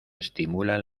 estimulan